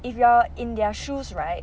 if you are in their shoes right